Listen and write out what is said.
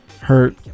hurt